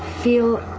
feel